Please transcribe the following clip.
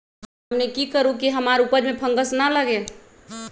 हमनी की करू की हमार उपज में फंगस ना लगे?